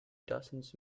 dozens